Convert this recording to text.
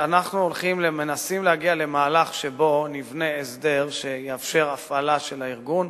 אנחנו מנסים להגיע למהלך שבו נבנה הסדר שיאפשר הפעלה של הארגון,